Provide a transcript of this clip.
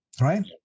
right